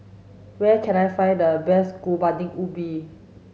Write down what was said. where can I find the best Kuih Bingka Ubi